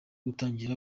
gutangira